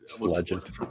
legend